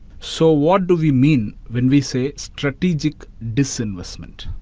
so, what do we mean when we say strategic disinvestment?